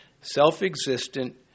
self-existent